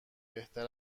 بهتر